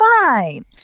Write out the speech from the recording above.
fine